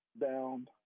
down